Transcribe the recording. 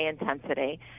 intensity